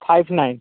five nine